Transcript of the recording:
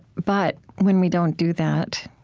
but when we don't do that,